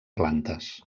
plantes